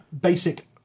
basic